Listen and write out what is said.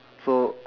so